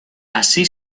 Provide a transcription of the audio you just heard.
así